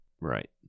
Right